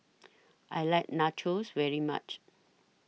I like Nachos very much